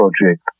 project